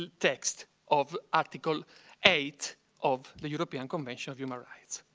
text of article eight of the european convention of human rights.